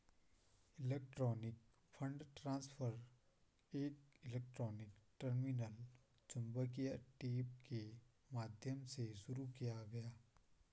electronic fund transfer एक electronic terminal चुंबकीय tape के माध्यम से शुरू किया गया